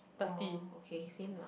oh okay same lah